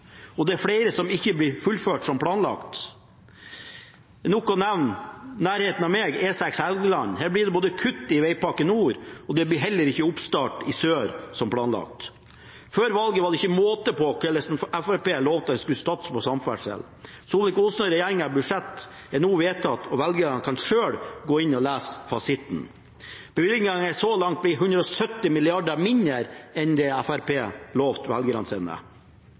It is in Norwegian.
og det er flere som ikke blir fullført som planlagt. Det er nok å nevne – i nærheten av der jeg bor – E6 Helgeland. Her blir det kutt i vegpakken i nord, og det blir heller ikke oppstart i sør som planlagt. Før valget var det ikke måte på lovnader fra Fremskrittspartiet om hva en skulle satse på innenfor samferdsel. Ketil Solvik-Olsen og regjeringens budsjett er nå vedtatt, og velgerne kan selv gå inn og se fasiten. Bevilgningen er så langt blitt 170 mrd. kr mindre enn det Fremskrittspartiet lovte